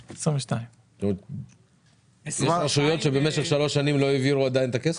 22. 22 רשויות שבמשך שלוש שנים לא העבירו עדיין את הכסף?